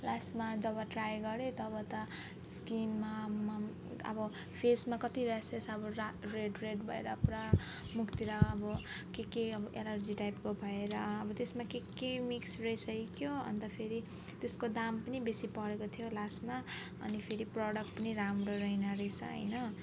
लास्टमा जब ट्राई गरेँ तब त स्किनमा पनि म पनि अब फेसमा कति र्यासेस अब रा रेड रेड भएर पुरा मुखतिर अब के के अब एलर्जी टाइपको भएर अब त्यसमा के के मिक्स रहेछ के हो अन्त फेरि त्यसको दाम पनि बेसी परेको थियो लास्टमा अनि फेरि प्रडक्ट पनि राम्रो रहेन रहेछ होइन